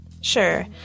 Sure